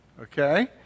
Okay